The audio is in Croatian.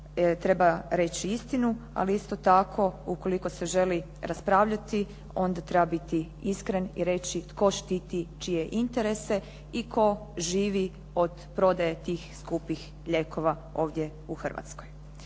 treba reći istinu. Ali isto tako ukoliko se želi raspravljati onda treba biti iskren i reći tko štiti čije interese i tko živi od prodaje tih skupih lijekova ovdje u Hrvatskoj.